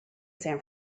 san